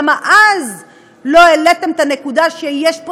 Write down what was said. למה אז לא העליתם את הנקודה שיש פה